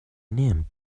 name